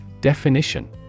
Definition